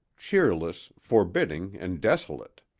cheerless, forbidding, and desolate.